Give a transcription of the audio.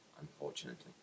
unfortunately